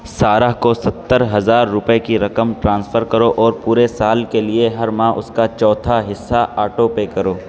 سارہ کو ستّر ہزار روپئے کی رقم ٹرانسفر کرو اور پورے سال کے لیے ہر ماہ اس کا چوتھا حصہ آٹو پے کرو